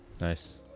Nice